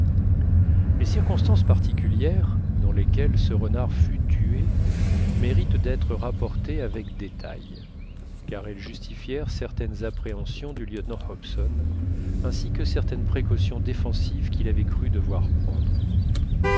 les circonstances particulières dans lesquelles ce renard fut tué méritent d'être rapportées avec détail car elles justifièrent certaines appréhensions du lieutenant hobson ainsi que certaines précautions défensives qu'il avait cru devoir prendre